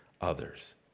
others